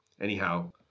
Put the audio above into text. Anyhow